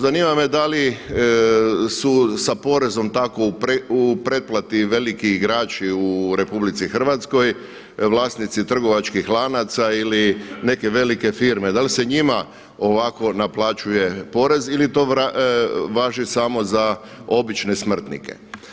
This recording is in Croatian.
Zanima me da li su sa porezom tako u pretplati veliki igrači u RH, vlasnici trgovačkih lanaca ili neke velike firme, da li se njima ovako naplaćuje porez ili to važi samo za obične smrtnike.